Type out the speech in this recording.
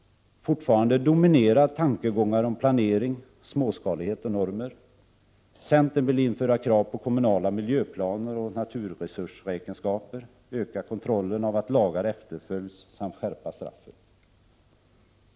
Fortfarande dominerar tankegångar om planering, småskalighet och normer. Centern vill införa krav på kommunala miljöplaner och naturresursräkenskaper, öka kontrollen av att lagar efterlevs samt skärpa straffen.